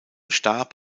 starb